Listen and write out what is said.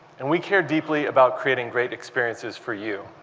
and we care deep ly about create ing great experiences for you.